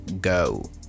go